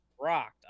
rocked